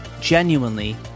genuinely